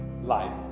life